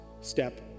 step